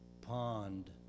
pond